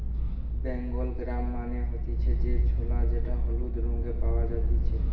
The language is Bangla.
বেঙ্গল গ্রাম মানে হতিছে যে ছোলা যেটা হলুদ রঙে পাওয়া জাতিছে